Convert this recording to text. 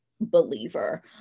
believer